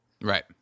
Right